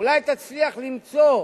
אולי תצליח למצוא,